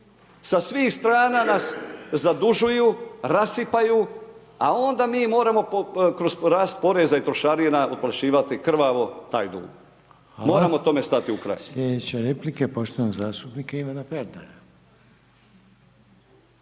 Sa svih strana nas zadužuju, rasipaju, a onda mi moramo kroz rast poreza i trošarina otplaćivati krvavo taj dug. Moramo tome stati u kraj. **Reiner, Željko (HDZ)** Hvala.